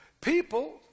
People